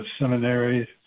seminaries